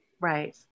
Right